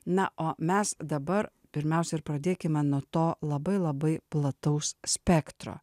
na o mes dabar pirmiausia ir pradėkime nuo to labai labai plataus spektro